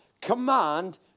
command